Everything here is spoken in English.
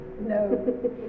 No